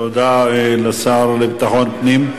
תודה לשר לביטחון פנים.